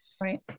Right